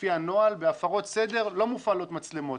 לפי הנוהל בהפרות סדר לא מופעלות מצלמות.